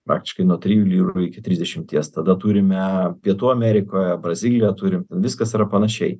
praktiškai nuo trijų lyrų iki trisdešimties tada turime pietų amerikoje brazilija turi viskas yra panašiai